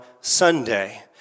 Sunday